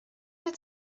mit